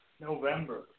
November